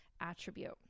attribute